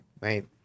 Right